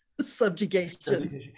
subjugation